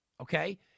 Okay